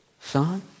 son